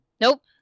Nope